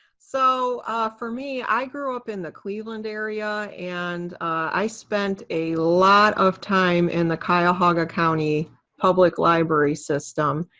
so ah for me, i grew up in the cleveland area, and i spent a lot of time in the cuyahoga county public library system.